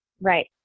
Right